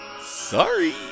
Sorry